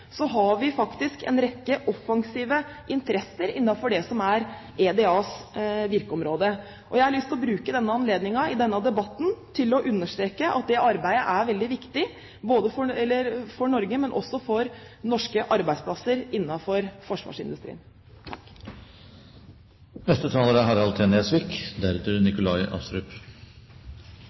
har vi faktisk en rekke offensive interesser innenfor det som er EDAs virkeområde. Jeg har lyst til å bruke denne anledningen i denne debatten til å understreke at dette arbeidet er veldig viktig for Norge, men også for norske arbeidsplasser innenfor forsvarsindustrien.